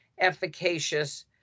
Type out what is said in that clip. efficacious